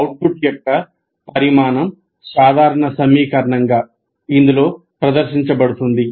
output యొక్క పరిమాణం సాధారణ సమీకరణంగా ఇందులో ప్రదర్శించబడుతుంది